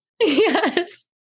yes